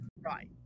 Right